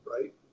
right